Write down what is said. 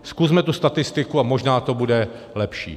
Zkusme tu statistiku a možná to bude lepší.